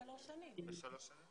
בשלוש שנים?